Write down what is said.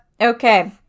Okay